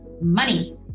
money